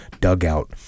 dugout